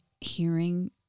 hearing